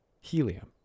Helium